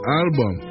album